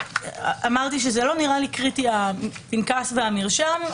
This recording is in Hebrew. אמרתי שזה לא נראה לי קריטי הפנקס והמרשם,